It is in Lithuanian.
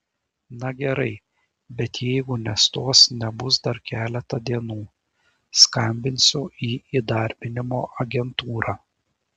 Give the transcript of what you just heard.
na gerai bet jeigu nestos nebus dar keletą dienų skambinsiu į įdarbinimo agentūrą